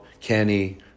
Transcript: Kenny